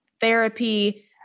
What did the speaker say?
therapy